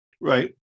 right